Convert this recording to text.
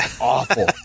awful